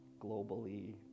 globally